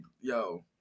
yo